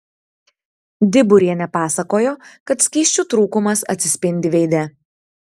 diburienė pasakojo kad skysčių trūkumas atsispindi veide